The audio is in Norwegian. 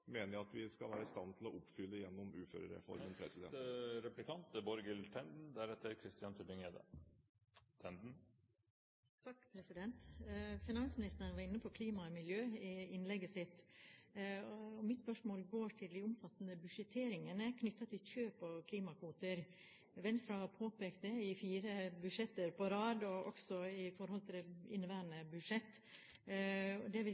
mener jeg at vi skal være i stand til å oppfylle i uførereformen. Finansministeren var inne på klima og miljø i innlegget sitt. Mitt spørsmål går på de omfattende budsjetteringene knyttet til kjøp av klimakvoter. Venstre har påpekt det i fire budsjetter på rad og også i forhold til det inneværende budsjett, og det vi